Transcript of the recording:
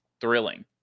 thrilling